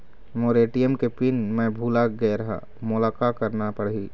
मोर ATM के PIN मैं भुला गैर ह, मोला का करना पढ़ही?